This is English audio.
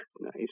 nice